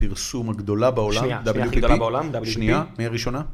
פרסום הגדולה בעולם, WTP, שנייה, מי הראשונה.